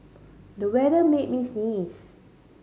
the weather made me sneeze